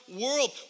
world